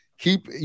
keep